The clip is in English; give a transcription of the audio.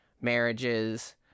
marriages